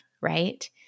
right